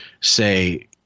say